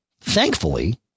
Thankfully